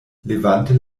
levante